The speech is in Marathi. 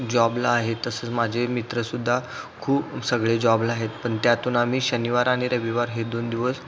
जॉबला आहे तसंच माझे मित्र सुद्धा खूप सगळे जॉबला आहेत पण त्यातून आम्ही शनिवार आणि रविवार हे दोन दिवस